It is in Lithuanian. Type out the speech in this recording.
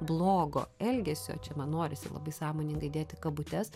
blogo elgesio čia man norisi labai sąmoningai dėti kabutes